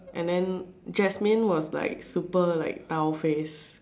and then Jasmine was like super like dao face